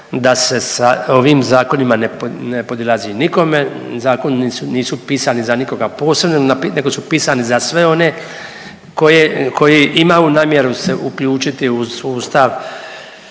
da se sa ovim zakonima ne podilazi nikome. Zakoni nisu pisani za nikoga posebno nego su pisani za sve one koji imaju namjeru se uključiti u sustav